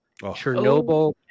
Chernobyl